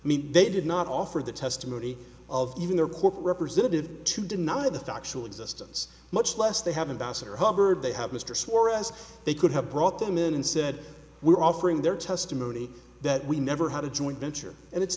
i mean they did not offer the testimony of even their corporate representatives to deny the factual existence much less they have a bass or hubbard they have mr soares they could have brought them in and said we're offering their testimony that we never had a joint venture and it's